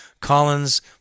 Collins